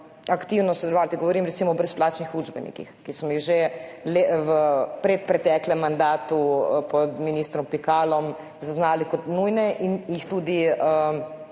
aktivno sodelovati. Govorim, recimo, o brezplačnih učbenikih, ki smo jih že v predpreteklem mandatu pod ministrom Pikalom zaznali kot nujne in jih tudi